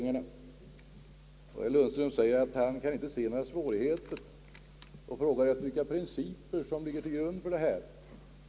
Herr Lundström säger att han inte kan se några svårigheter med den begärda ändringen och frågar vilka principer som ligger till grund för gällande ordning.